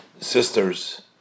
sisters